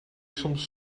soms